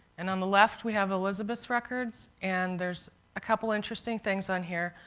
and on the left we have elizabeth's records, and there's a couple interesting things on here.